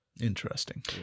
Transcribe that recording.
Interesting